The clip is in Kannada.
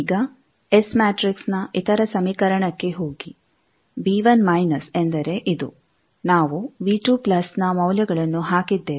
ಈಗ ಎಸ್ ಮ್ಯಾಟ್ರಿಕ್ಸ್ನ ಇತರ ಸಮೀಕರಣಕ್ಕೆ ಹೋಗಿ ಎಂದರೆ ಇದು ನಾವು ನ ಮೌಲ್ಯಗಳನ್ನು ಹಾಕಿದ್ದೇವೆ